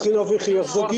הם צריכים להוכיח זוגיות.